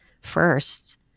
first